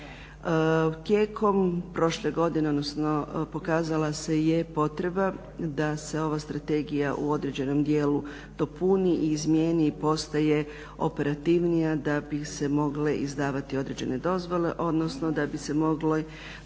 Tijekom prošle godine odnosno pokazala se je potreba da se ova strategija u određenom dijelu dopuni i izmjeni i postaje operativnija da bi se mogle izdavati određene dozvole odnosno da bi se mogli